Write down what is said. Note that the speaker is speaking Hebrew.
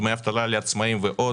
דמי אבטלה לעצמאיים ועוד,